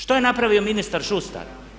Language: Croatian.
Što je napravio ministar Šustar?